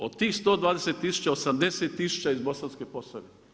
Od tih 120 tisuća 80 tisuća iz Bosanske Posavine.